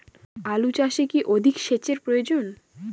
আলু চাষে কি অধিক সেচের প্রয়োজন?